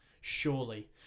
surely